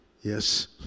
yes